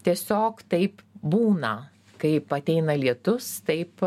tiesiog taip būna kaip ateina lietus taip